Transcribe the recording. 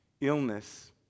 Illness